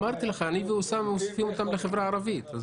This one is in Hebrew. אמרתי לך, אני ואוסאמה מוסיפים אותם לחברה הערבית.